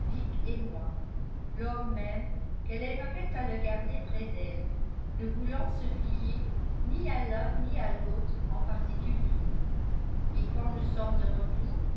et moi lors même qu'elle aimerait à le garder près d'elle ne voulant se fier ni à l'un ni à l'autre en particulier et quand nous sommes de retour